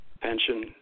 Pension